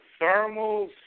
thermals